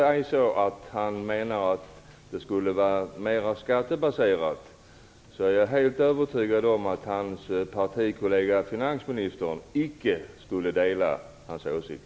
Om Anders Nilsson menar att detta skulle vara mera skattebaserat är jag helt övertygad om att hans partikollega finansministern icke skulle dela hans åsikt.